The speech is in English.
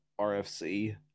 RFC